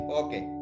okay